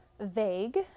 vague